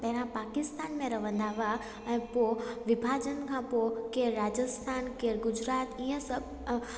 पहिरियों पाकिस्तान में रहंदा हुआ ऐं पोइ विभाजन खां पो केरु राजस्थान केरु गुजरात ईअं सभु